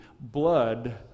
Blood